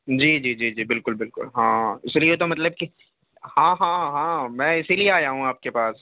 جی جی جی جی بالکل بالکل ہاں اسی لیے تو مطلب کہ ہاں ہاں ہاں میں اسی لیے آیا ہوں آپ کے پاس